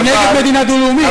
אני נגד מדינה דו-לאומית.